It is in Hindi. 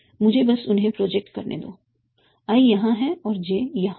मुझे बस उन्हें प्रोजेक्ट करने दो i यहाँ है और j यहाँ है